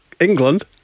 England